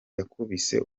yakubise